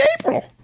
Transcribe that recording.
April